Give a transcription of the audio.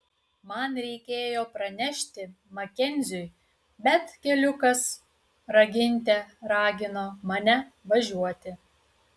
man reikėjo pranešti makenziui bet keliukas raginte ragino mane važiuoti